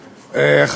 במליאה?